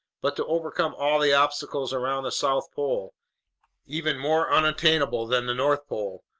but to overcome all the obstacles around the south pole even more unattainable than the north pole,